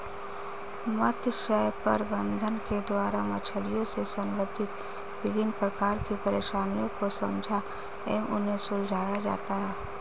मत्स्य प्रबंधन के द्वारा मछलियों से संबंधित विभिन्न प्रकार की परेशानियों को समझा एवं उन्हें सुलझाया जाता है